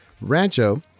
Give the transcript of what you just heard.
Rancho